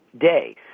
day